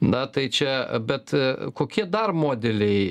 na tai čia bet kokie dar modeliai